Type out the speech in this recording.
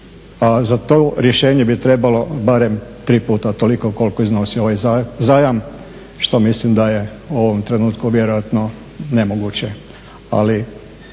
Za to rješenje bi trebalo barem tri puta toliko koliko iznosi ovaj zajam što mislim da je u ovom trenutku vjerojatno nemoguće,